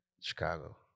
Chicago